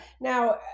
Now